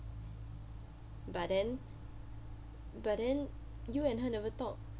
but then but then you and her never talk